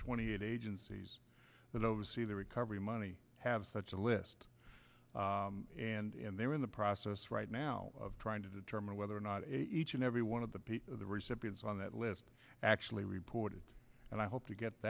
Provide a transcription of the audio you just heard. twenty eight agencies that oversee the recovery money have such a list and they're in the yes right now trying to determine whether or not each and every one of the people the recipients on that list actually reported and i hope to get